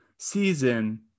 Season